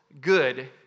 good